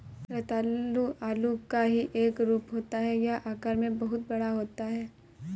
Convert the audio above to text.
रतालू आलू का ही एक रूप होता है यह आकार में बहुत बड़ा होता है